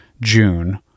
June